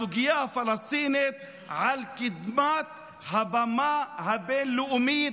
הסוגיה הפלסטינית על קדמת הבמה הבין-לאומית.